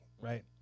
right